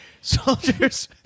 soldiers